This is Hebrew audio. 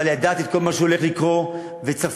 אבל ידעתי את כל מה שהולך לקרות וצפיתי,